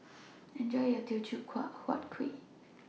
Enjoy your Teochew Huat Kuih